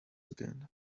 again